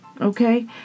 okay